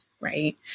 right